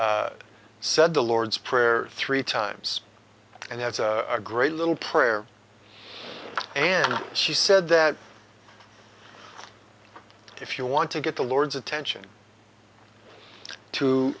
said the lord's prayer three times and have a great little prayer and she said that if you want to get the lord's attention to